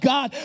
God